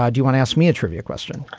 ah do you wanna ask me a trivia question?